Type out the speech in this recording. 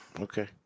Okay